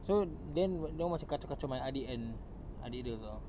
so then dia orang macam kacau kacau my adik kan adik dia lah